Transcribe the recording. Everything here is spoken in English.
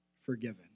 forgiven